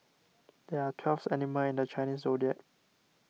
there are twelve animals in the Chinese zodiac